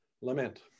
lament